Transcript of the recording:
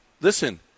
Listen